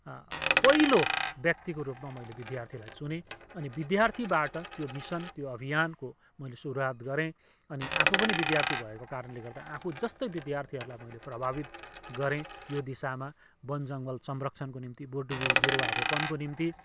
पहिलो व्यक्तिको रुपमा मैले विद्यार्थीलाई चुनेँ अनि विद्यार्थीबाट त्यो मिसन त्यो अभियानको मैले सुरुवात गरेँ अनि आफू पनि विद्यार्थी भएको कारणले गर्दा आफूजस्तै विद्यार्थीहरूलाई मैले प्रभावित गरेँ यो दिशामा वन जङ्गल संरक्षणको निम्ति बोट बिरुवा रोपनको निम्ति